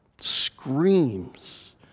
screams